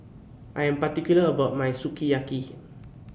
I Am particular about My Sukiyaki